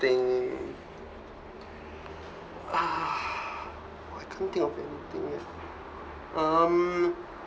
I think ah why I can't think of anything eh um